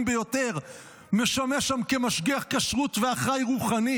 ביותר משמש שם כמשגיח כשרות ואחראי רוחני?